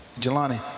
Jelani